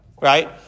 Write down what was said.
right